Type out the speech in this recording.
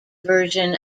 version